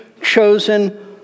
chosen